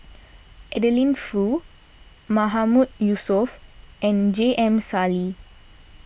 Adeline Foo Mahmood Yusof and J M Sali